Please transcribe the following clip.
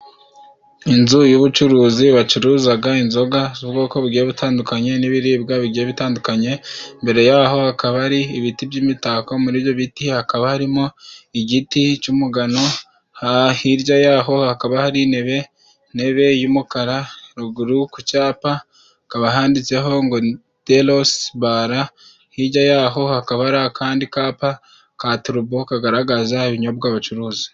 Inzu y'ubucuruzi bacuruzaga inzoga z'ubwoko bugiye butandukanye n'ibiribwa bitandukanye. Imbere yaho hakaba hari ibiti by'imitako, muri ibyo biti hakaba harimo igiti cy'umugano. Hirya yaho hakaba hari intebe, intebe y'umukara. Ruguru ku cyapa hakaba handitseho ngo:"Derose Bara". Hirya yaho hakaba hari akandi kapa ka turubo kagaragaza ibinyobwa bacuruza.